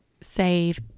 save